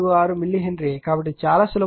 646 millihenry కాబట్టి ఇది చాలా సులభం